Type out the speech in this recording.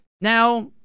Now